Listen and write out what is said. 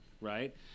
right